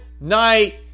night